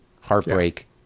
heartbreak